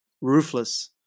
ruthless